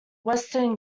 western